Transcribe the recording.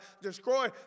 destroy